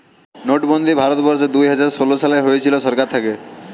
নোটবন্দি ভারত বর্ষে দুইহাজার ষোলো সালে হয়েছিল সরকার থাকে